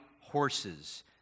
horses